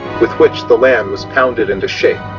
with which the land was pounded into shape,